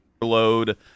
load